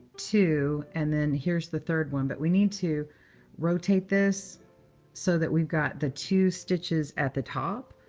two, and then here's the third one, but we need to rotate this so that we've got the two stitches at the top.